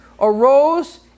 arose